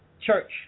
church